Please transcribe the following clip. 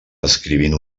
escrivint